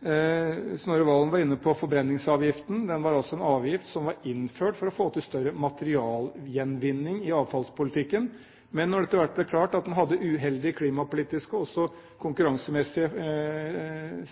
Snorre Serigstad Valen var inne på forbrenningsavgiften. Det var altså en avgift som ble innført for å få til større materialgjenvinning i avfallspolitikken, men når det etter hvert ble klart at den hadde uheldige klimapolitiske og også konkurransemessige